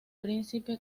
príncipe